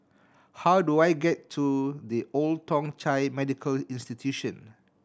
how do I get to The Old Thong Chai Medical Institution